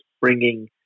bringing